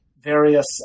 various